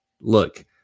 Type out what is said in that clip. Look